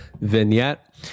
vignette